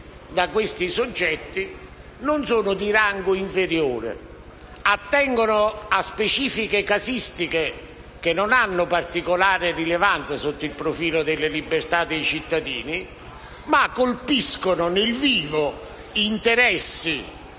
da essi emesse non sono di rango inferiore. Esse attengono a specifiche casistiche che non hanno particolare rilevanza sotto il profilo delle libertà dei cittadini, ma colpiscono nel vivo interessi